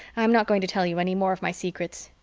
i'm not going to tell you any more of my secrets.